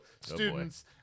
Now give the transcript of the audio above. students